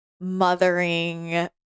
mothering